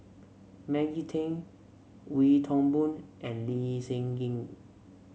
Maggie Teng Wee Toon Boon and Lee Seng Gee